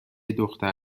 دختر